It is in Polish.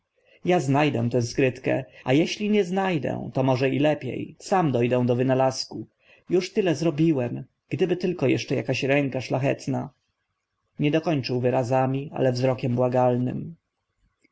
ja zna dę tę skrytkę a eżeli nie zna dę to może i lepie sam do dę do wynalazku już tyle zrobiłem gdyby tylko eszcze akaś ręka szlachetna nie dokończył wyrazami ale wzrokiem błagalnym